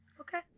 Okay